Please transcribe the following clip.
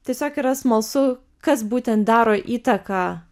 tiesiog yra smalsu kas būtent daro įtaką